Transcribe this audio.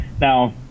now